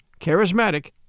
Charismatic